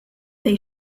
they